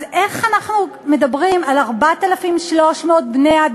אז איך אנחנו, מדברים על 4,300 בני-אדם